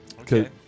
Okay